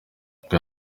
ngo